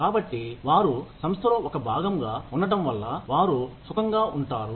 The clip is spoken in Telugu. కాబట్టి వారు సంస్థలో ఒక భాగంగా ఉండటం వల్ల వారు సుఖంగా ఉంటారు